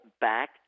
back